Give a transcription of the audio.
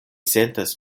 sentas